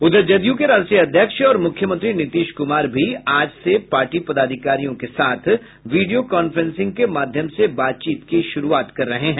उधर जदयू के राष्ट्रीय अध्यक्ष और मुख्यमंत्री नीतीश कुमार भी आज से पार्टी पदाधिकारियों के साथ वीडियो कांफ्रेंसिंग के माध्मय से बातचीत की शुरूआत कर रहे हैं